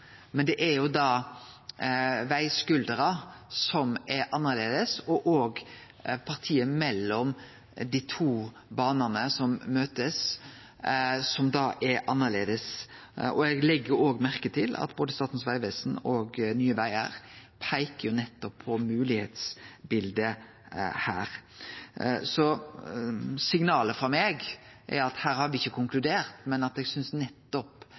partiet mellom dei to banene som møtest. Eg legg òg merke til at både Statens vegvesen og Nye Vegar peikar nettopp på moglegheitsbildet her. Signalet frå meg er at her har me ikkje konkludert, men at eg synest nettopp